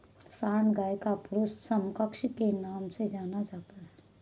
सांड गाय का पुरुष समकक्ष के नाम से जाना जाता है